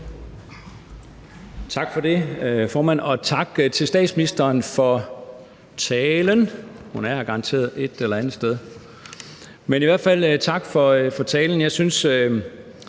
Tak for det, formand, og tak til statsministeren for talen. Hun er her garanteret et eller andet sted. Men i hvert fald tak for talen. Der var